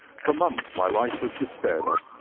for months my life was despaired of,